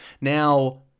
now